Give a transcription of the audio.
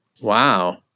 wow